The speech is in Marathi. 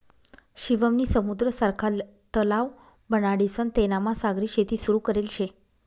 शिवम नी समुद्र सारखा तलाव बनाडीसन तेनामा सागरी शेती सुरू करेल शे